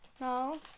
No